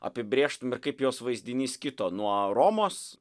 apibrėžtum kaip jos vaizdinys kito nuo romos